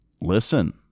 listen